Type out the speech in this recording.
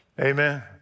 Amen